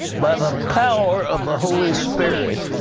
by the power of the holy spirit.